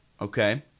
Okay